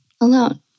alone